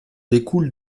découle